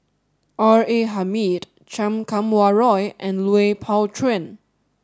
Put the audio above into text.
R A Hamid Chan Kum Wah Roy and Lui Pao Chuen